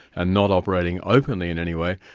and not operating openly in any way,